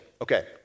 Okay